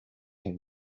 him